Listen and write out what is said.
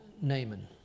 Naaman